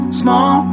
small